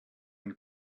been